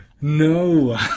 No